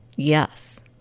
Yes